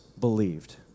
believed